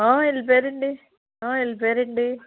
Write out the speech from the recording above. వెళ్ళిపోయారండి వెళ్ళిపోయారండి